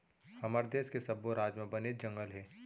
हमर देस के सब्बो राज म बनेच जंगल हे